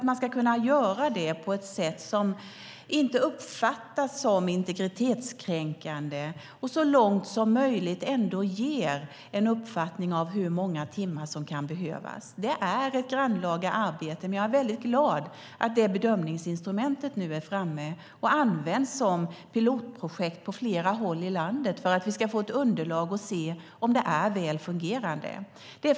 Man ska kunna göra det på ett sätt som inte uppfattas som integritetskränkande och så långt som möjligt ändå ger en uppfattning av hur många timmar som kan behövas. Det är ett grannlaga arbete, men jag är väldigt glad att detta bedömningsinstrument nu är framme och används som pilotprojekt på flera håll i landet för att vi ska få ett underlag och se om det är väl fungerande.